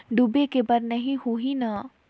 डूबे के बर नहीं होही न?